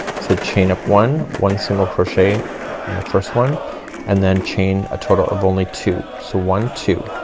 so chain up one, one single crochet in the first one and then chain a total of only two. so one, two.